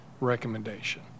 recommendation